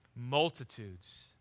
Multitudes